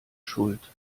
schuld